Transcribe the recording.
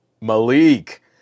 Malik